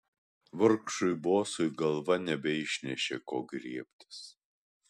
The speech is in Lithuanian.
vargšui bosui galva nebeišnešė ko griebtis